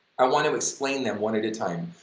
i want to explain them one at a time.